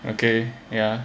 okay ya